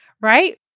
right